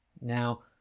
Now